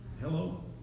Hello